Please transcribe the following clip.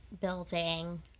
building